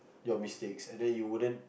your mistakes and then you wouldn't